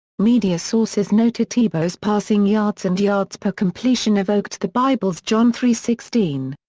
media sources noted tebow's passing yards and yards per completion evoked the bible's john three sixteen.